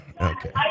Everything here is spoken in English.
Okay